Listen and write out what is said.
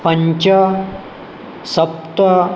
पञ्च सप्त